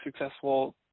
successful